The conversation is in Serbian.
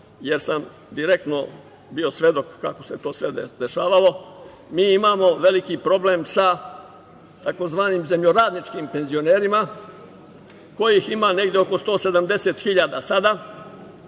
jer sam direktno bio svedok kako se to sve dešavalo. Dakle, mi imamo veliki problem sa tzv. zemljoradničkim penzionerima, kojih ima negde oko 170.000 sada